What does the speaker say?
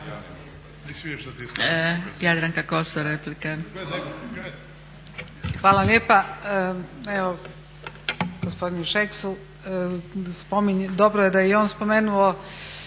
Jadranka (Nezavisni)** Hvala lijepa. Evo gospodinu Šeksu, dobro je da je i on spomenuo